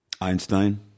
Einstein